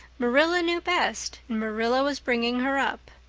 marilla knew best and marilla was bringing her up.